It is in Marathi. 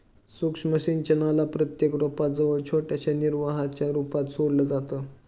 सूक्ष्म सिंचनाला प्रत्येक रोपा जवळ छोट्याशा निर्वाहाच्या रूपात सोडलं जातं